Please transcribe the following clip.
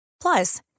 Plus